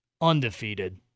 Undefeated